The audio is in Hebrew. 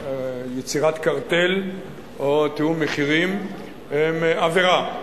יצירת קרטל או תיאום מחירים הם עבירה.